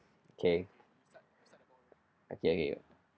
okay okay I hear you